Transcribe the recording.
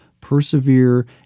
persevere